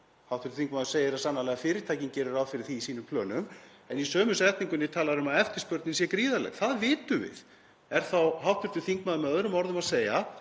Hv. þingmaður segir sannarlega að fyrirtækin geri ráð fyrir því í sínum plönum en í sömu setningunni talar hann um að eftirspurnin sé gríðarleg. Það vitum við. Er þá hv. þingmaður með öðrum orðum að segja,